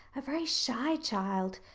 a very shy child,